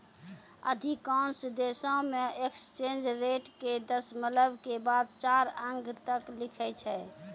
अधिकांश देशों मे एक्सचेंज रेट के दशमलव के बाद चार अंक तक लिखै छै